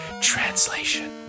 translation